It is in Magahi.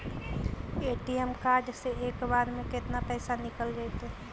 ए.टी.एम कार्ड से एक बार में केतना पैसा निकल जइतै?